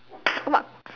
!alamak!